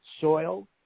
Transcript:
soil